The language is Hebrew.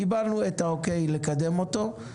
קיבלנו את האו.קיי לקדם אותו.